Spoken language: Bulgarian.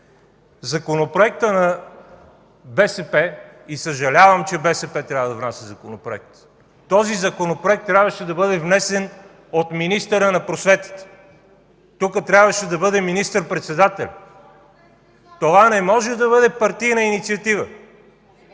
законопроектът на БСП – съжалявам, че БСП трябва да внася законопроект, този законопроект трябваше да бъде внесен от министъра на просветата. Тук трябваше да бъде министър-председателят. Това не може да бъде партийна инициатива.